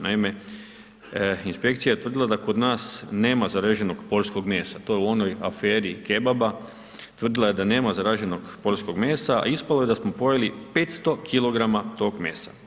Naime, inspekcija je tvrdila da kod nas nema zaraženog poljskog mesa, to je u onoj kebaba, tvrdila je da nema zaraženog poljskog mesa i ispalo je da smo pojeli 500 kg tog mesa.